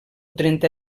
trenta